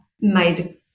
made